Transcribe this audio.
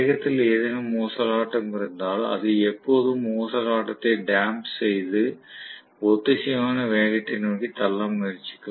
வேகத்தில் ஏதேனும் ஊசலாட்டம் இருந்தால் அது எப்போதும் ஊசலாட்டத்தை டாம்ப் செய்து ஒத்திசைவான வேகத்தை நோக்கி தள்ள முயற்சிக்கும்